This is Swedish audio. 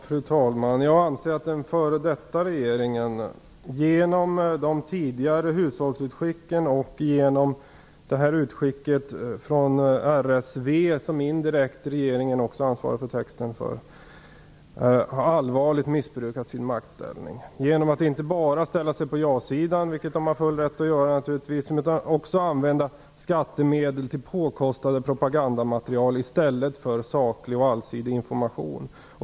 Fru talman! Jag anser att den före detta regeringen genom de tidigare hushållsutskicken och genom utskicket från RSV, vars text regeringen indirekt också ansvarar för, allvarligt har missbrukat sin maktställning. Det har gjorts inte bara genom att man ställer sig på ja-sidan, vilket man naturligtvis har full rätt att göra, utan också genom att använda skattemedel till påkostat propagandamaterial i stället för till saklig och allsidig information.